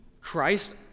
Christ